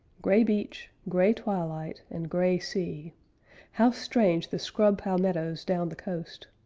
gray beach, gray twilight, and gray sea how strange the scrub palmettoes down the coast!